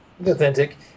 Authentic